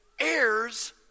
heirs